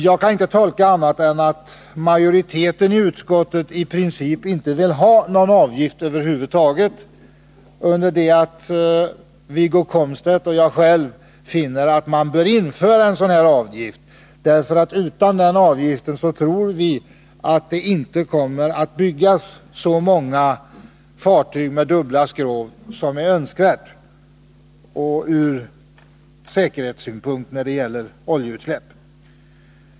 Jag kan inte tolka detta på annat sätt än att majoriteten i utskottet i princip inte vill ha någon avgift över huvud taget, under det att Wiggo Komstedt och jag finner att man bör införa en sådan här avgift. Utan den avgiften tror vi nämligen inte att det kommer att byggas så många fartyg med dubbla skrov som är önskvärt när det gäller säkerhetssynpunkten vad beträffar oljeutsläpp.